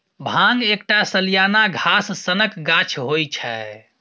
भांग एकटा सलियाना घास सनक गाछ होइ छै